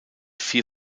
vier